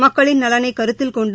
மக்களின் நலனை கருத்தில் கொண்டு